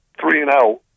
three-and-out